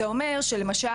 זה אומר שלמשל,